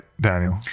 Daniel